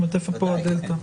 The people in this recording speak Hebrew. איפה פה הדלתא?